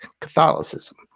Catholicism